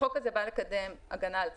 החוק הזה בא לקדם הגנה על צרכנים.